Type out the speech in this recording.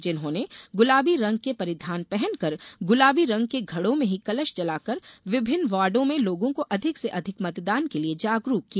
जिन्होने गुलाबी रंग के परिघान पहनकर गुलाबी रंग के घडो में ही कलश जलाकर विभिन्न वार्डो में लोगों को अधिक से अधिक मतदान के लिये जागरूक किया